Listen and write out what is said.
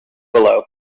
below